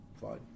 fine